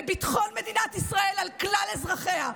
לביטחון מדינת ישראל על כלל אזרחיה,